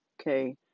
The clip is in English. okay